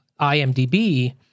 IMDB